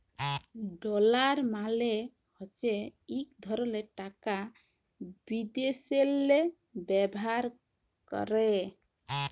dollar মালে হছে ইক ধরলের টাকা বিদ্যাশেল্লে ব্যাভার ক্যরে